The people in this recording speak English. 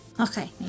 okay